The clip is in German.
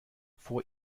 vor